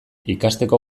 ikasteko